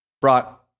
brought